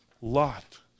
Lot